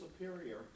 superior